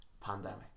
pandemic